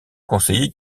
conseiller